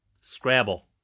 Scrabble